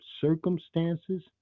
circumstances